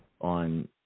on